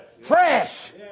Fresh